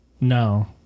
No